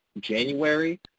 January